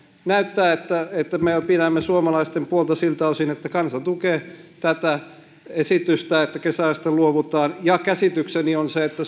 näyttää että että me pidämme suomalaisten puolta siltä osin että kansa tukee tätä esitystä että kesäajasta luovutaan käsitykseni on se että